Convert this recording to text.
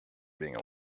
being